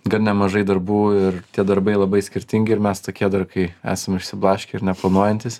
gan nemažai darbų ir tie darbai labai skirtingi ir mes tokie dar kai esam išsiblaškę ir neplanuojantys